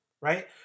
right